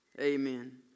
Amen